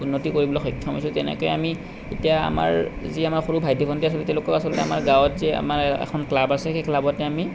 উন্নতি কৰিবলৈ সক্ষম হৈছোঁ তেনেকৈ আমি এতিয়া আমাৰ যি আমাৰ সৰু ভাইটি ভণ্টী আছিল তেওঁলোকেও আচলতে আমাৰ গাঁৱত যে আমাৰ এখন ক্লাৱ আছে সেই ক্লাৱতে আমি